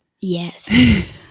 Yes